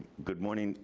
good morning,